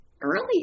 Early